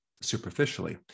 superficially